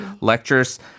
lectures